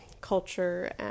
culture